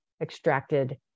extracted